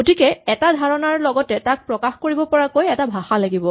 গতিকে এটা ধাৰণাৰ লগতে তাক প্ৰকাশ কৰিব পৰাকৈ এটা ভাষা লাগিব